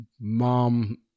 mom